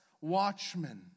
watchmen